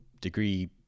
degree